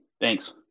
Thanks